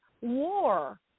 war